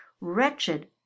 wretched